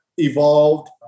evolved